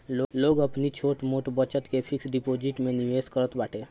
लोग अपनी छोट मोट बचत के फिक्स डिपाजिट में निवेश करत बाटे